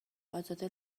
ازاده